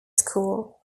school